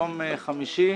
ביום חמישי,